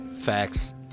Facts